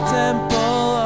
temple